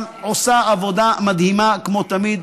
אבל עושה עבודה מדהימה כמו תמיד.